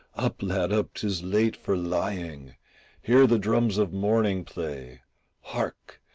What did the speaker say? up, lad, up, tis late for lying hear the drums of morning play hark,